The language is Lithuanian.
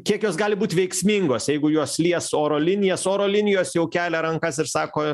kiek jos gali būt veiksmingos jeigu jos lies oro linijas oro linijos jau kelia rankas ir sako